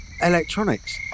electronics